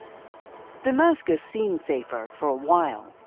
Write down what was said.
damascus seemed safer for a while,